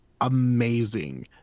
amazing